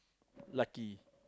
lucky